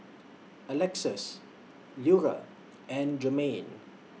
Alexus Lura and Jermaine